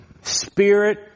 Spirit